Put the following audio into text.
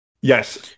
Yes